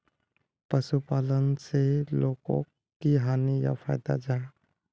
पशुपालन से लोगोक की हानि या फायदा जाहा?